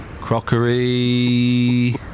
Crockery